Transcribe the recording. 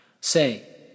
Say